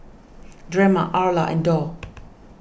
Drema Arla and Dorr